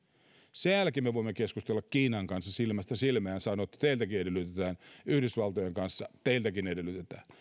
sen jälkeen me voimme keskustella kiinan kanssa silmästä silmään ja sanoa että teiltäkin edellytetään yhdysvaltojen kanssa teiltäkin edellytetään